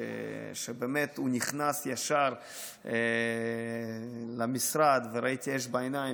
שבאמת נכנס ישר למשרד וראיתי אש בעיניים,